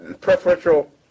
preferential